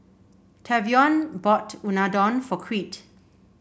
Tavion bought Unadon for Creed